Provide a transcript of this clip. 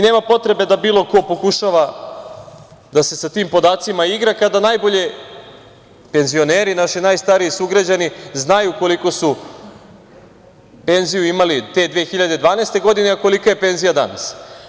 Nema potrebe da bilo ko pokušava da se sa tim podacima igra, kada najbolje penzioneri naši najstariji sugrađani znaju koliko su penziju imali te 2012. godine, a kolika je penzija danas.